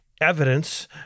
evidence –